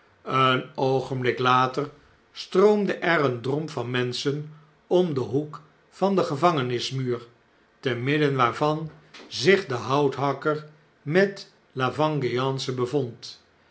een oogenblik later stroomde er een drom van menschen om den hoek van den gevangenismuur te midden waarvan zich de nouthakker met la vengeance bevond